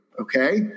okay